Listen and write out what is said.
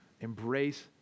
embrace